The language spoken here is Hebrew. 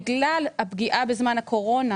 בגלל הפגיעה הנפשית בזמן הקורונה,